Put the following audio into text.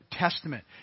Testament